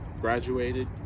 graduated